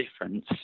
difference